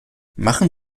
machen